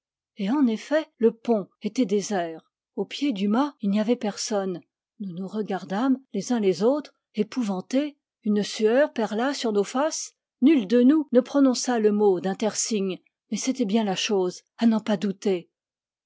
et en effet le pont était désert au pied du mât il n'y avait personne nous nous regardâmes les uns les autres épouvantés une sueur perla sur nos faces nul de nous ne prononça le mot d'intersigne mais c'était bien la chose à n'en pas douter